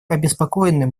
обеспокоены